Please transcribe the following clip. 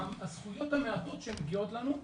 הזכויות המעטות שמגיעות לנו,